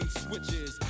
switches